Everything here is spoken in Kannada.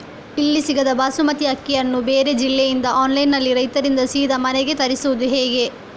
ಇಲ್ಲಿ ಸಿಗದ ಬಾಸುಮತಿ ಅಕ್ಕಿಯನ್ನು ಬೇರೆ ಜಿಲ್ಲೆ ಇಂದ ಆನ್ಲೈನ್ನಲ್ಲಿ ರೈತರಿಂದ ಸೀದಾ ಮನೆಗೆ ತರಿಸುವುದು ಹೇಗೆ?